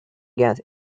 gas